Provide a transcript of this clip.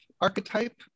archetype